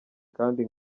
kandi